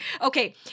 Okay